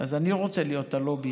אז אני רוצה להיות הלובי,